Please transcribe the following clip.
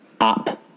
up